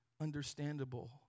understandable